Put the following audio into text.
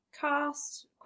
cast